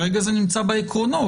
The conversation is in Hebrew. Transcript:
כרגע זה נמצא בעקרונות.